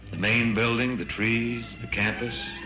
main building, the trees, the campus.